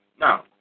Now